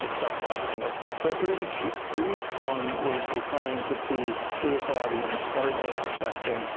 except on tumblr. so for each for each one, we're we're trying to see who is the audience, what are they expecting,